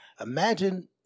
imagine